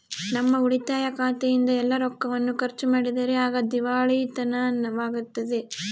ನಮ್ಮ ಉಳಿತಾಯ ಖಾತೆಯಿಂದ ಎಲ್ಲ ರೊಕ್ಕವನ್ನು ಖರ್ಚು ಮಾಡಿದರೆ ಆಗ ದಿವಾಳಿತನವಾಗ್ತತೆ